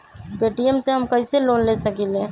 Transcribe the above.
Paytm से हम कईसे लोन ले सकीले?